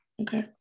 Okay